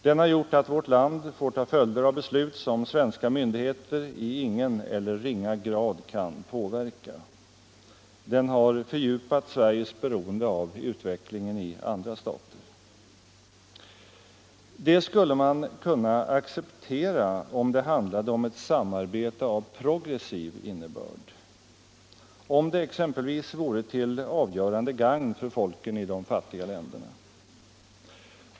Den har gjort att vårt land får ta följder av beslut som svenska myndigheter i ingen eller ringa grad kan påverka. Den har fördjupat Sveriges beroende av utvecklingen i andra stater. Detta skulle man kunna acceptera om det handlade om ett samarbete av progressiv innebörd. Om det exempelvis vore till avgörande gagn för folken i de fattiga länderna.